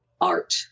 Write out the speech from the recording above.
art